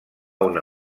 una